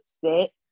sit